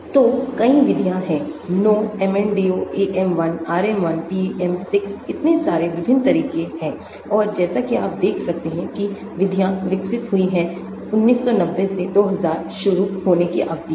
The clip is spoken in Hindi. तो कई विधियाँ हैं no MNDO AM1 RM1 PM6 इतने सारे विभिन्न तरीके हैं और जैसा कि आप देख सकते हैं कि विधियाँ विकसित हुई हैं 1990 के 2000शुरू होने की अवधि में